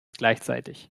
gleichzeitig